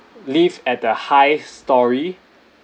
live at the high storey